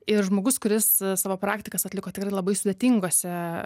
ir žmogus kuris savo praktikas atliko tikrai labai sudėtingose